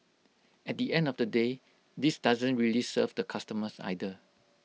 at the end of the day this doesn't really serve the customers either